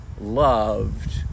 loved